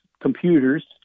computers